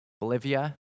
Bolivia